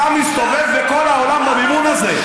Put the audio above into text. אתה מסתובב בכל העולם במימון הזה.